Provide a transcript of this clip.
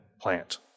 plant